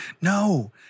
No